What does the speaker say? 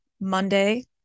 Monday